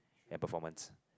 and performance